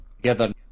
together